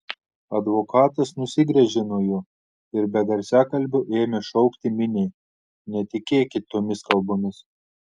advokatas nusigręžė nuo jo ir be garsiakalbio ėmė šaukti miniai netikėkit tomis kalbomis